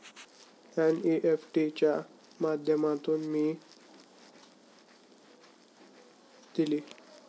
NEFT च्या माध्यमातून मी दहा लाख रुपयांची लाच महावीरला दिली